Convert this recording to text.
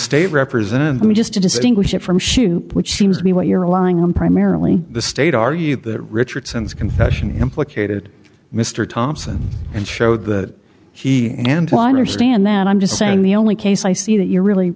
state represented me just to distinguish it from shoop which seems to be what you're relying on primarily the state argued that richardson's confession implicated mr thompson and showed that he and weiner stand that i'm just saying the only case i see that you're really